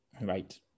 Right